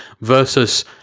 ...versus